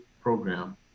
program